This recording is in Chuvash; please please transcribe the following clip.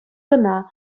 кӑна